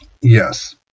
Yes